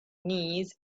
knees